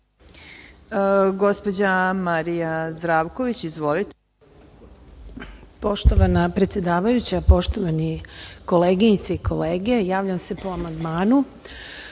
gospođa Marija Zdravković. Izvolite.